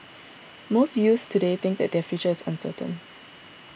most youths today think that their future is uncertain